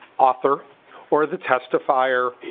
author or the testifier